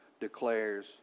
declares